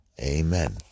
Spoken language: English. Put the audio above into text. Amen